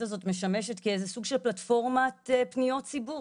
הזו משמשת כאיזו סוג של פלטפורמת פניות ציבור,